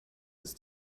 ist